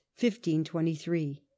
1523